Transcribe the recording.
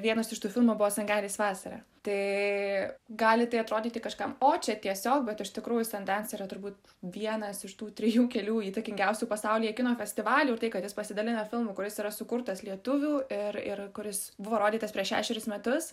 vienas iš tų filmų buvo sangailės vasara tai gali tai atrodyti kažkam o čia tiesiog bet iš tikrųjų sandens yra turbūt vienas iš tų trijų kelių įtakingiausių pasaulyje kino festivalių ir tai kad jis pasidalina filmu kuris yra sukurtas lietuvių ir ir kuris buvo rodytas prieš šešerius metus